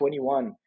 21